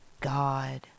god